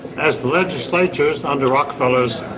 as legislatures under rockefeller's